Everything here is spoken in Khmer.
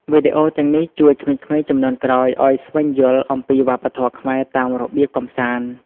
វីដេអូទាំងនេះជួយក្មេងៗជំនាន់ក្រោយឱ្យស្វែងយល់អំពីវប្បធម៌ខ្មែរតាមរបៀបកម្សាន្ត។